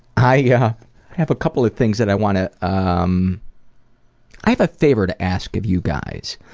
i yeah have a couple of things that i want to um i have a favor to ask of you guys.